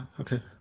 Okay